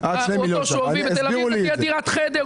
אותו שווי בתל-אביב זו תהיה דירת חדר,